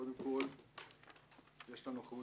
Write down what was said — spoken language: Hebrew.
קודם כל, יש לנו אחריות